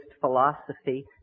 philosophy